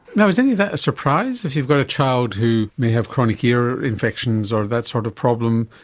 now is any of that a surprise? if you've got a child who may have chronic ear infections or that sort of problem,